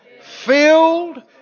filled